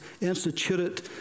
instituted